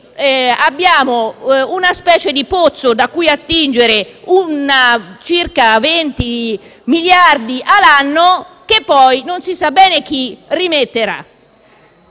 abbiamo una specie di pozzo da cui attingere circa 20 miliardi di euro all'anno, e poi non si sa bene chi ci rimetterà.